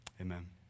Amen